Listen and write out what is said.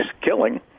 killing